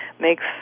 makes